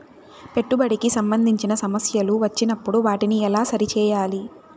పెట్టుబడికి సంబంధించిన సమస్యలు వచ్చినప్పుడు వాటిని ఎలా సరి చేయాలి?